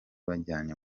bajyanye